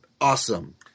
awesome